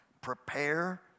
Prepare